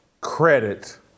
credit